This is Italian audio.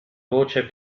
voce